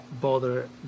bother